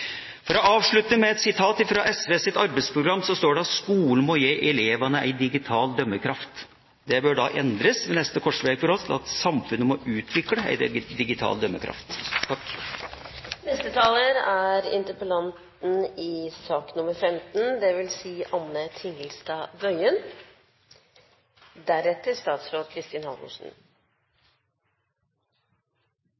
må gi elevene en digital dømmekraft.» Det bør endres ved neste korsvei for oss til: Samfunnet må utvikle en digital dømmekraft. Neste taler er interpellanten i sak nr. 15, Anne Tingelstad Wøien.